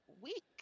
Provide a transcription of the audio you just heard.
week